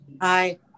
Aye